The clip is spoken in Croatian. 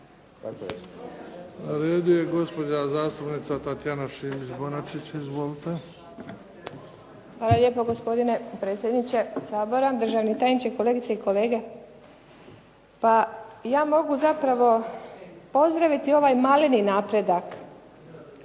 Na redu je gospođa zastupnica Tatjana Šimac Bonačić. Izvolite. **Šimac Bonačić, Tatjana (SDP)** Hvala lijepo gospodine predsjedniče Sabora. Državni tajniče, kolegice i kolege. Pa ja mogu zapravo pozdraviti ovaj maleni napredak,